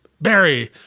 Barry